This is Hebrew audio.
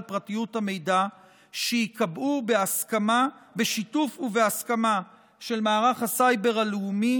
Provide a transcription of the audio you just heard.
פרטיות המידע שייקבעו בשיתוף ובסכמה של מערך הסייבר הלאומי